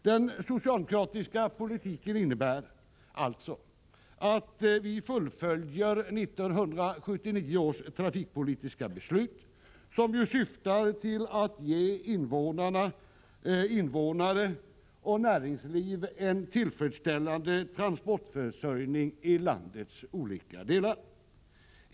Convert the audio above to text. Den socialdemokratiska politiken innebär alltså att vi fullföljer 1979 års trafikpolitiska beslut, som ju syftar till att ge invånare och näringsliv en tillfredsställande transportförsörjning i landets olika delar.